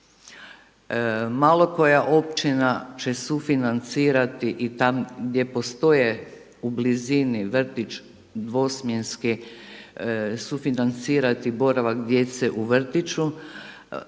Malo koja općina će sufinancirati i tam gdje postoje u blizini vrtić dvosmjenski, sufinancirati boravak djece u vrtiću